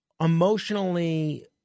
emotionally